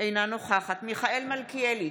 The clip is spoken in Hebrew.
אינה נוכחת מיכאל מלכיאלי,